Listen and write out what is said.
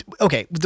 Okay